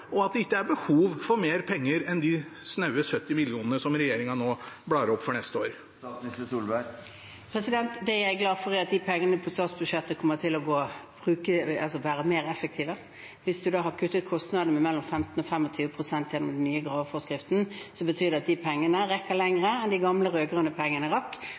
og at det ikke er behov for mer penger enn de snaue 70 mill. kr som regjeringen blar opp for neste år? Det jeg er glad for, er at de pengene på statsbudsjettet kommer til å bli brukt mer effektivt. Hvis man har kuttet kostnadene med mellom 15 og 25 pst. gjennom den nye graveforskriften, betyr det at de pengene rekker lenger enn pengene under de rød-grønne rakk.